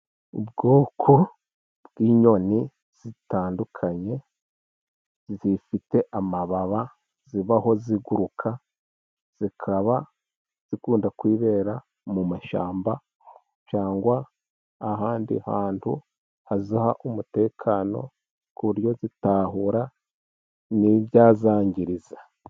Ubwoko bw'inyoni zitandukanye zifite amababa, zibaho ziguruka, zikaba zikunda kwibera mu mashyamba cyangwa ahandi hantu haziha umutekano, ku buryo zitahura n'ibyazangiriza.